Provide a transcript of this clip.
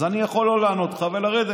אז אני יכול לא לענות ולרדת.